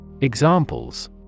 Examples